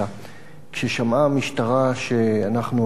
כששמעה המשטרה שאנחנו הולכים לשם,